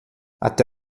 até